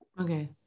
Okay